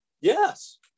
Yes